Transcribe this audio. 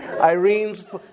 Irene's